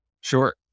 Sure